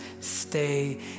stay